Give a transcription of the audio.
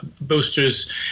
boosters